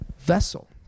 Vessel